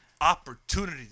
opportunity